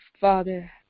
father